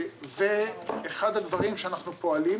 אחד הדברים שאנחנו פועלים,